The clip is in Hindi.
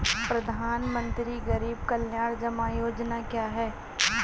प्रधानमंत्री गरीब कल्याण जमा योजना क्या है?